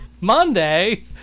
monday